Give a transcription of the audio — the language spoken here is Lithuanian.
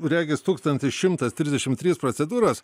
regis tūkstantis šimtas trisdešimt trys procedūros